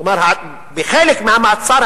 כלומר חלק מהמעצר,